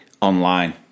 online